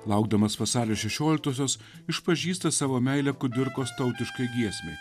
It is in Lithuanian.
laukdamas vasario šešioliktosios išpažįsta savo meilę kudirkos tautišką giesmę